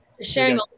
sharing